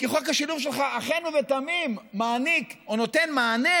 כי חוק השילוב שלך אכן ובתמים מעניק או נותן מענה